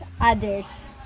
others